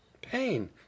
Pain